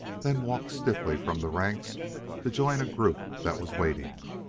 then walked stiffly from the ranks to join a group that was waiting.